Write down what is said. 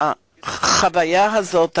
החוויה הזאת,